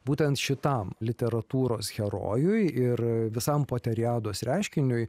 būtent šitam literatūros herojui ir visam poteriados reiškiniui